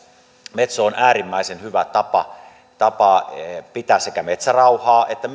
metso on äärimmäisen hyvä tapa tapa sekä pitää metsärauhaa että